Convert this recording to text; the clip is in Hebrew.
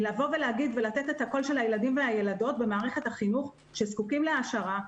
מלהציג את הקול של הילדים והילדות במערכת החינוך שזקוקים להעשרה,